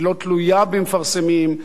היא לא תלויה במפרסמים,